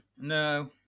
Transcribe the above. No